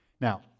Now